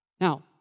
Now